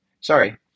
Sorry